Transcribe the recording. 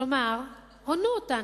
כלומר, הונו אותנו.